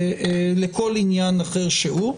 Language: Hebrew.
לכל עניין אחר שהוא.